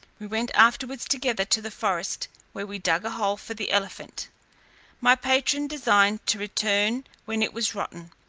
we went afterwards together to the forest, where we dug a hole for the elephant my patron designing to return when it was rotten,